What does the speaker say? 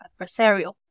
adversarial